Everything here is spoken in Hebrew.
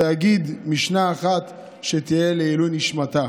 ואגיד משנה אחת שתהיה לעילוי נשמתה,